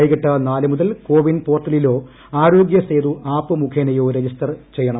വൈകിട്ട് നാല് മുതൽ കോവിൻ പോർട്ടലിലോ ആശ്ലോഗ്യസേതു ആപ്പ് മുഖേനയോ രജിസ്റ്റർ ചെയ്യണം